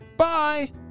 Bye